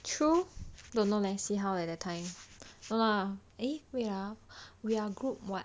true don't know leh see how at that time no lah eh wait ah we're group [what]